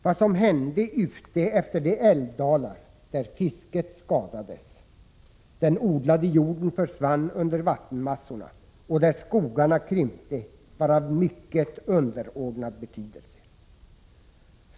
Vad som hände utefter de älvdalar där fisket skadades, den odlade jorden försvann under vattenmassorna och skogarna krympte var av mycket underordnad betydelse.